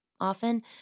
often